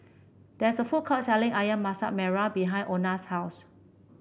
there is a food court selling ayam Masak Merah behind Ona's house